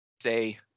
Say